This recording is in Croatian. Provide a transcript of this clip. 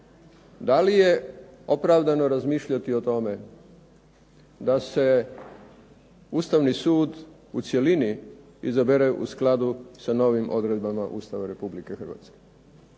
da li je opravdano razmišljati o tome da se Ustavni sud u cjelini izabere u skladu sa novim odredbama Ustava Republike Hrvatske.